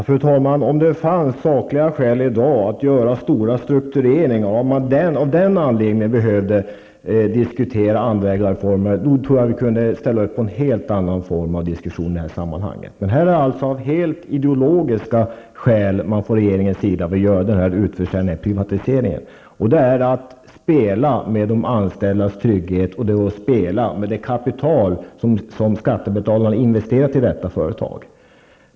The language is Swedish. Fru talman! Om det i dag fanns sakliga skäl för att göra stora struktureringar och om man av den anledningen behövde diskutera andra ägarformer tror jag att vi kunde ställa upp på en helt annan form av diskussion i de här sammanhangen. Men det är alltså helt av ideologiska skäl som regeringen vill göra den här utförsäljningen och den här privatiseringen. Det är att spela medanställdas trygghet. Det är att spela med det kapital som skattebetalarna investerat i detta företag.